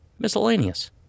Miscellaneous